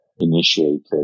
initiated